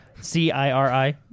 C-I-R-I